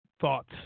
thoughts